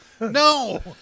no